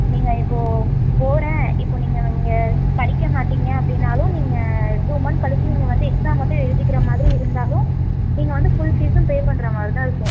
நீங்கள் இப்போது போகிறேன் இப்போது நீங்கள் இங்கே படிக்க மாட்டீங்க அப்படின்னாலும் நீங்கள் டூ மந்த் கழிச்சு நீங்கள் வந்து எக்ஸாம் மட்டும் எழுதிக்கிற மாதிரி இருந்தாலும் நீங்கள் வந்து ஃபுல் ஃபீஸும் பே பண்ணுற மாதிரி தான் இருக்கும்